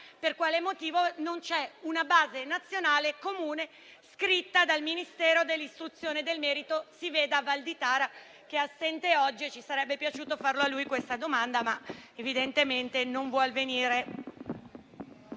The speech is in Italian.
Per quale motivo non c'è una base nazionale comune scritta dal Ministero dell'Istruzione del merito? Il ministro Valditara è assente oggi. Ci sarebbe piaciuto fare a lui questa domanda, ma evidentemente non vuol venire